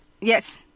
Yes